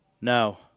No